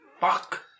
Fuck